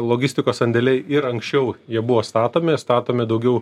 logistikos sandėliai ir anksčiau jie buvo statomi statomi daugiau